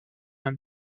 him